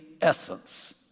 essence